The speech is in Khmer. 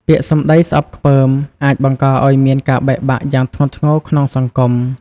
ពាក្យសម្ដីស្អប់ខ្ពើម អាចបង្កឲ្យមានការបែកបាក់យ៉ាងធ្ងន់ធ្ងរក្នុងសង្គម។